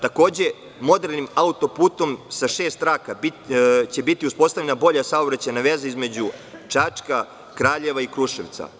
Takođe, modernim autoputom se šest traka će biti uspostavljena bolja saobraćajna veza između Čačka, Kraljeva i Kruševca.